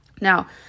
Now